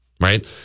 right